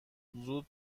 زود